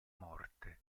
morte